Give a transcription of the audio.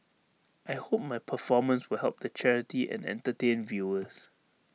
I hope my performance will help the charity and entertain viewers